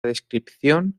descripción